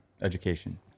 education